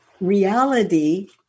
Reality